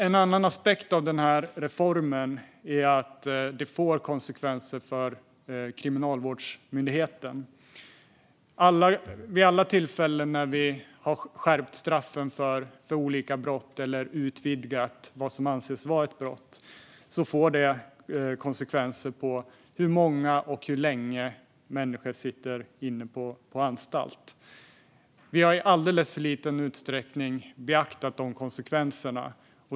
En annan aspekt av reformen är att den får konsekvenser för kriminalvårdsmyndigheten. Vid alla tillfällen då vi har skärpt straffen för olika brott eller vidgat definitionen av vad som ska anses vara ett brott får det konsekvenser för hur många som sitter inne på anstalt och hur länge de sitter. Vi har i alldeles för liten utsträckning beaktat de konsekvenserna.